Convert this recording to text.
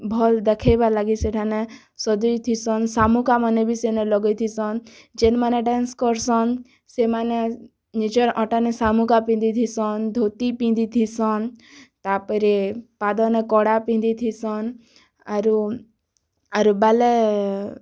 ଭଲ୍ ଦେଖେଇବାର୍ ଲାଗିର୍ ସେଠାନେ ସଜେଇଥିସନ୍ ଶାମୁକା ମାନେ ବି ସେନେ ଲଗେଇଥିସନ୍ ଯେନ୍ମାନେ ଡେନ୍ସ୍ କର୍ସନ୍ ସେମାନେ ନିଜର୍ ଅଁଟାନେ ଶାମୁକା ପିନ୍ଧିଥିସନ୍ ଧୋତି ପିନ୍ଧିଥିସନ୍ ତାର୍ ପରେ ପାଦନେ କଡ଼ା ପିନ୍ଧିଥିସନ୍ ଆରୁ ଆରୁ ବାଲେ